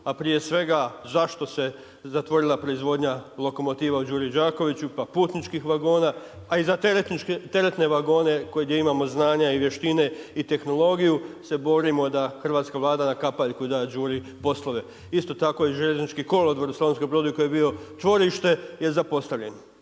a prije svega zašto se zatvorila proizvodnja lokomotiva u Đuri Đakoviću, pa putničkih vagona. A i za teretne vagone gdje imamo znanja i vještine i tehnologiju se borimo da hrvatska Vlada na kapaljku da Đuri poslove. Isto tako i željeznički kolodvor u Slavonskom Brodu koji je bio čvorište je zapostavljen.